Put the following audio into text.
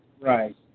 Right